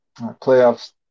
playoffs